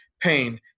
Pain